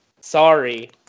Sorry